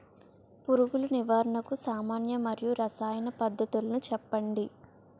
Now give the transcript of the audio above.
పురుగుల నివారణకు సామాన్య మరియు రసాయన పద్దతులను చెప్పండి?